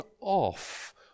off